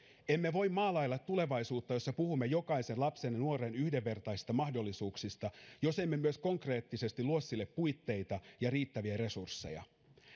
emme voi maalailla tulevaisuutta jossa puhumme jokaisen lapsen ja nuoren yhdenvertaisista mahdollisuuksista jos emme myös konkreettisesti luo sille puitteita ja riittäviä resursseja